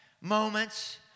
moments